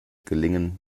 gelingen